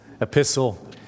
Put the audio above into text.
epistle